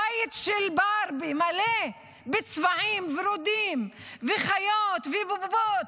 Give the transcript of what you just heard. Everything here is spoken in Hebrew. בית של ברבי, מלא בצבעים ורודים וחיות ובובות,